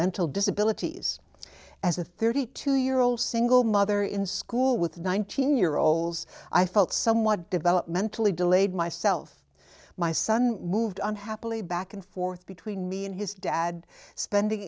developmental disabilities as a thirty two year old single mother in school with nineteen year olds i felt somewhat developmentally delayed myself my son moved on happily back and forth between me and his dad spending